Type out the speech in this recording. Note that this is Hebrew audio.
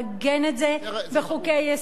לעגן את זה בחוקי-יסוד.